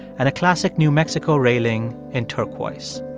and a classic new mexico railing and turquoise.